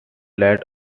that